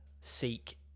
seek